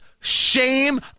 shame